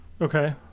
Okay